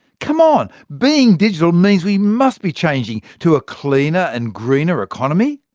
come on, being digital means we must be changing to a cleaner and greener economy?